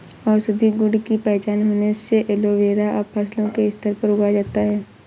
औषधीय गुण की पहचान होने से एलोवेरा अब फसलों के स्तर पर उगाया जाता है